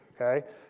okay